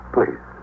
Please